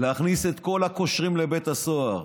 להכניס את כל הקושרים לבית הסוהר.